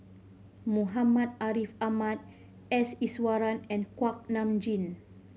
Muhammad Ariff Ahmad S Iswaran and Kuak Nam Jin